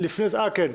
כן.